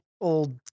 old